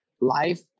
life